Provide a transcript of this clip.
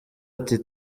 ati